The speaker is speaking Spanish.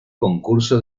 concurso